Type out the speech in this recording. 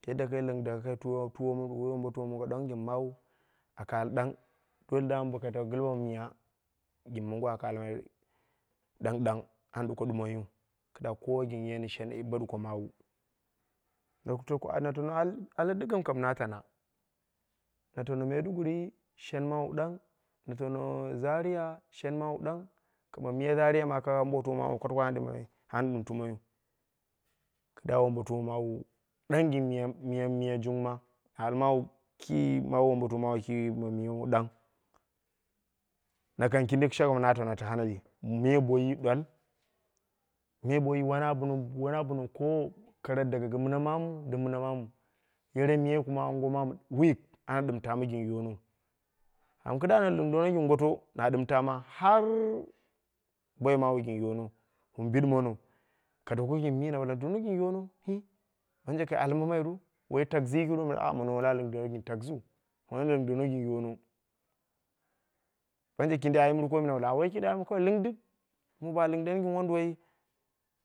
Ta yadda mi kai lindaka ka twi womongo ɗang gin mawu. Aka al ɗang dole damun boko tako gilwa ma miya gin mongo, aka almai ɗang ɗang. An duki ɗumoiyu kida kowa gin shen, bo duko mawu. Ali diggim kam na tana, na tano maiduguri, shenno ɗang, na tano zaria shenno ɗang, kima miya zariya ma aka wai wombotuna mawu kwata kwata wane ɗimmaiyu, ana ɗim tumaiyu. Kida wombotuma mawu ɗang gin miya jung ma. Har ma ki mawu wombotuma mawu ki ma miya ɗang. Na kangkindi shaka mi na tana haneɗi, me boyi ɗwa, me boyi wona bina kowau, din mina mamu, dim mina mamu, yere miya kuwa anguwa mamu wuyuk. Ana ɗim tama gin yonou. Amma kida na lindono gin goto, da ɗim tama, har boi mawu gin yono. Wun bidi mono, ka doko gin mi, na bale na dono gin yono hi ɓanje ka ali mamai ru? Woi taxi yikiu ru? A mono wona lindana gin taxiu, mono na lindono gin yono. Banje kindi ayim ru ko mi? Woi kindi ayimwu lindik, mu ba lindeni gin wonduwoi.